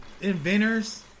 inventors